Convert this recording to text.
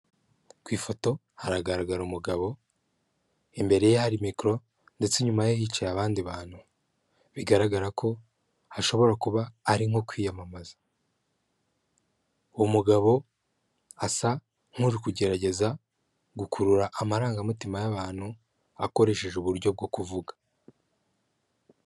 Ku ifoto haragaragara umugabo, imbere ya mikoro, ndetse nyuma ye hicaye abandi bantu. Bigaragara ko hashobora kuba ari nko kwiyamamaza. Uwo mugabo asa nk'uri kugerageza gukurura amarangamutima y'abantu, akoresheje uburyo bwo kuvuga.